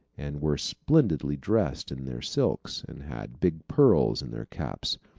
and were splendidly dressed in their silks, and had big pearls in their caps.